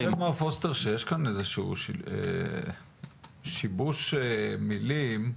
יש פה שיבוש מילים.